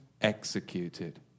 executed